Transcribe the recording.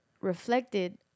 reflected